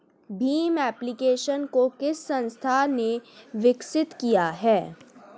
Bhim application को किस संस्था ने विकसित किया है?